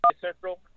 Central